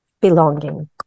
Belonging